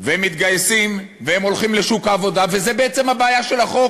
וזה מה שמפריע לחבר הכנסת מוזס ולחברים